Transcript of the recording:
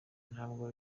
ntabwo